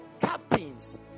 captains